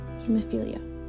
hemophilia